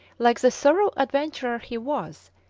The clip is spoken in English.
like the thorough adventurer he was,